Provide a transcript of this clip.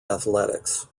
athletics